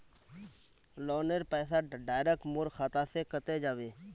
लोनेर पैसा डायरक मोर खाता से कते जाबे?